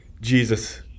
Jesus